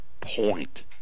point